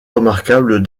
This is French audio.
remarquable